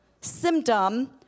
symptom